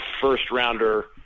first-rounder